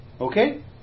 Okay